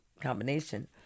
combination